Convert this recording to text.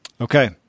Okay